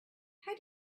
how